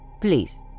Please